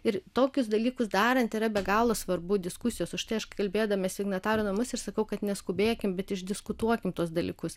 ir tokius dalykus darant yra be galo svarbu diskusijos už tai aš kalbėdama signatarų namus ir sakau kad neskubėkim bet išdiskutuokim tuos dalykus